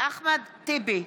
אחמד טיבי,